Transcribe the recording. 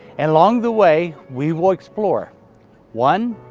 and along the way, we will explore one.